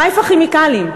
"חיפה כימיקלים"